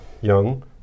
young